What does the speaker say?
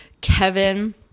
kevin